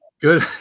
Good